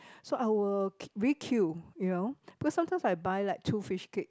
so I would requeue you know because sometimes I buy like two fishcake